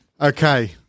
Okay